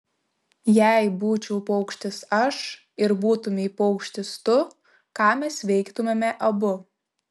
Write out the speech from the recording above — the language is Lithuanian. jei būčiau paukštis aš ir būtumei paukštis tu ką mes veiktumėme abu